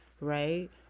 right